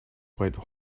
white